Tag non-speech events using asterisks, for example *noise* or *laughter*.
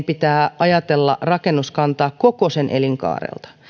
*unintelligible* pitää ajatella rakennuskantaa koko sen elinkaarelta